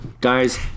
Guys